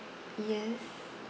yes